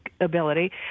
ability